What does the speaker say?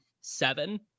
seven